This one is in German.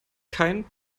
kein